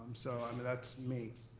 so i mean, that's me.